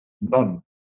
None